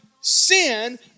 sin